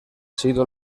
sido